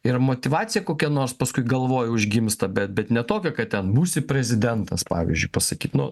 ir motyvacija kokia nors paskui galvoj užgimsta bet bet ne tokia kad ten būsi prezidentas pavyzdžiui pasakyt nu